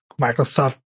Microsoft